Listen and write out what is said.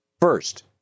First